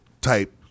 type